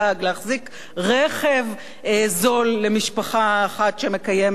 להחזיק רכב זול למשפחה אחת שמקיימת את